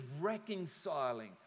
reconciling